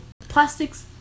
plastics